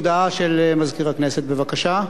הודעה למזכיר הכנסת, בבקשה.